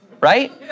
Right